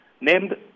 named